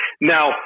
Now